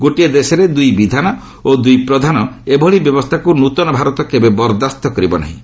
ଗୋଟିଏ ଦେଶରେ ଦୁଇ ବିଧାନ ଓ ଦୁଇ ପ୍ରଧାନ ଏଭଳି ବ୍ୟବସ୍ଥାକୁ ନୃତନ ଭାରତ କେବେ ବରଦାସ୍ତ କରିବ ନାହିଁ